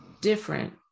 different